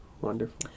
Wonderful